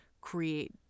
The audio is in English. create